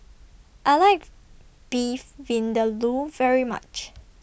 I like Beef Vindaloo very much